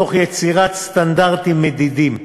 תוך יצירת סטנדרטים מדידים.